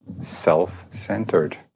self-centered